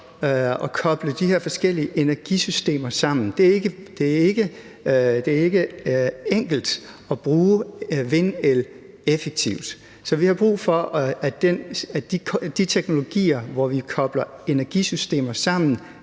at koble de her forskellige energisystemer sammen. Det er ikke enkelt at bruge vindel effektivt, så vi har brug for, at de teknologier, hvor vi kobler energisystemer sammen,